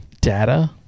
Data